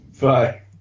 Bye